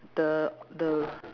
the the